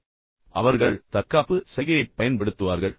எனவே அவர்கள் தற்காப்பு சைகையைப் பயன்படுத்துவார்கள்